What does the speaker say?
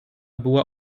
była